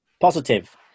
positive